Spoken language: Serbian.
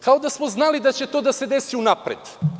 Kao da smo znali da će to da se desi unapred.